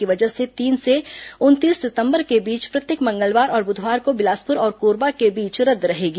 की वजह से तीन से उनतीस सितंबर के बीच प्रत्येक मंगलवार और बुधवार को बिलासपुर और कोरबा के बीच रद्द रहेगी